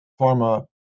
pharma